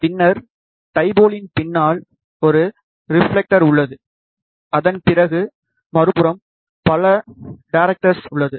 பின்னர் டைபோலின் பின்னால் ஒரு ரிப்ஃலெக்டர் உள்ளது அதன் பிறகு மறுபுறம் பல டேரைக்டர்ஸ் உள்ளது